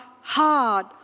hard